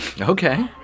Okay